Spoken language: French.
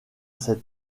cet